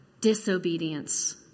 disobedience